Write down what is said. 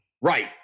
Right